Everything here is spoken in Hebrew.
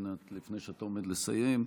לפני שאתה עומד לסיים,